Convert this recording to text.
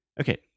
Okay